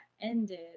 ended